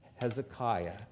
Hezekiah